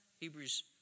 Hebrews